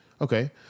okay